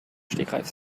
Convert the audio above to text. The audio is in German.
stegreif